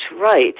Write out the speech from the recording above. right